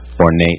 ornate